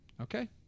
Okay